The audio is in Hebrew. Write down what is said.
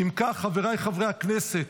אם כך, חבריי חברי הכנסת,